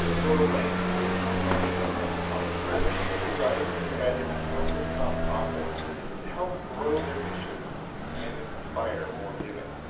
laurel lane is an account manager at mobilecause where she has advised and guided countless nonprofits to help grow their missions and inspire more giving.